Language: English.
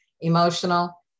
emotional